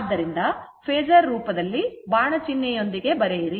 ಆದ್ದರಿಂದಫೇಸರ್ ರೂಪದಲ್ಲಿ ಬಾಣ ಚಿಹ್ನೆಯೊಂದಿಗೆ ಬರೆಯಿರಿ